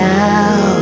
now